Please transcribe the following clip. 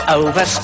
over